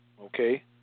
okay